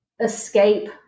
escape